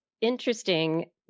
interesting